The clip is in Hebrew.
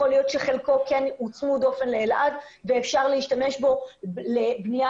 יכול להיות שחלקו כן צמוד דופן לאלעד ואפשר להשתמש בו לבנייה